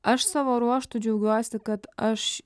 aš savo ruožtu džiaugiuosi kad aš